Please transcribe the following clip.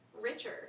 richer